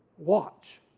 watch!